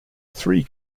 three